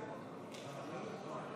מתחייב לשמור אמונים למדינת ישראל ולחוקיה,